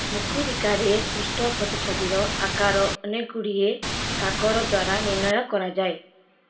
ମୁକୁରିକାରେ ସୃଷ୍ଟ ପ୍ରତିଛବିର ଆକାର ଅନେକ ଗୁଡ଼ିଏ କାରକ ଦ୍ୱାରା ନିର୍ଣ୍ଣୟ କରାଯାଏ